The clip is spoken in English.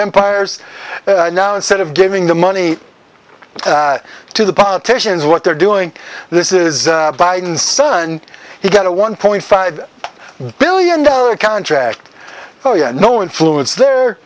empires now instead of giving the money to the politicians what they're doing this is biden's son he got a one point five billion dollar contract oh yeah no influence there